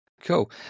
Cool